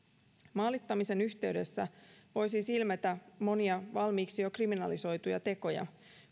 maalittamisen yhteydessä voi siis ilmetä monia valmiiksi jo kriminalisoituja tekoja